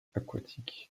aquatiques